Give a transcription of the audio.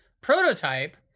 Prototype